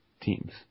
teams